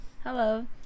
hello